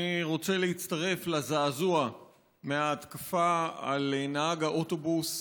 אני רוצה להצטרף לזעזוע מההתקפה על נהג האוטובוס.